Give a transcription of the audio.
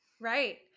Right